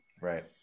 Right